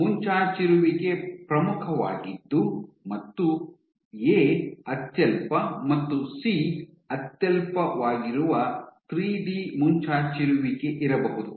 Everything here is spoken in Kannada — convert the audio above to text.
ಮುಂಚಾಚಿರುವಿಕೆ ಪ್ರಮುಖವಾಗಿದ್ದು ಮತ್ತು ಎ ಅತ್ಯಲ್ಪ ಮತ್ತು ಸಿ ಅತ್ಯಲ್ಪವಾಗಿರುವ ಥ್ರೀಡಿ ಮುಂಚಾಚಿರುವಿಕೆ ಇರಬಹುದು